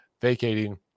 vacating